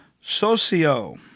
Socio